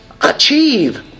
achieve